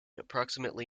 approximately